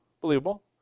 believable